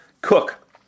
Cook